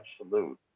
absolute